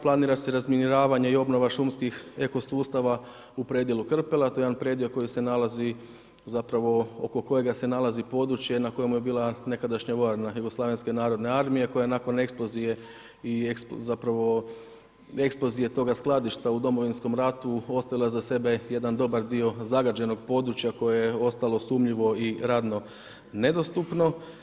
Planira se razminiravanje i obnova šumskih eko sustava u predjelu Krpela, to je jedan predio koji se nalazi, zapravo oko kojega se nalazi područje na kojemu je bila nekadašnja vojarna Jugoslavenske narodne armije koja je nakon eksplozije, zapravo eksplozije toga skladišta u Domovinskom ratu ostavila iza sebe jedan dobar dio zagađenog područja koje je ostalo sumnjivo i radno nedostupno.